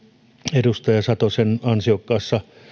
edustaja satosen ansiokkaassa